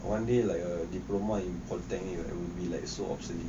one day like a diploma in polytechnic will be so obsolute